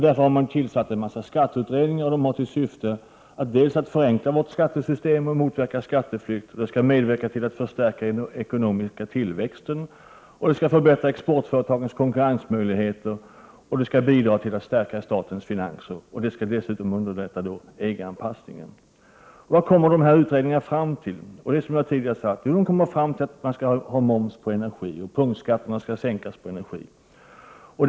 Därför har man tillsatt en mängd skatteutredningar som har till syfte att förenkla vårt skattesystem och motverka skatteflykt, medverka till att förstärka den ekonomiska tillväxten, förbättra exportföretagens konkurrensmöjligheter, bidra till att stärka statens finanser och dessutom underlätta EG-anpassningen. Vad kommer då dessa utredningar fram till? Jo, det är som jag tidigare har sagt, de kommer fram till att man skall ha moms på energi och till att punktskatterna på energi skall sänkas.